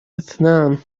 إثنان